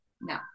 no